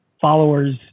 followers